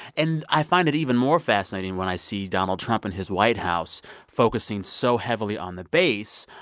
and i find it even more fascinating when i see donald trump and his white house focusing so heavily on the base,